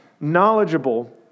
knowledgeable